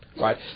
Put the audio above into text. Right